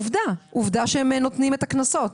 עובדה שהם נותנים את הקנסות,